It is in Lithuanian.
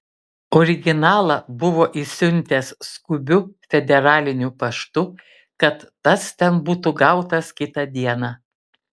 originalą buvo išsiuntęs skubiu federaliniu paštu kad tas ten būtų gautas kitą dieną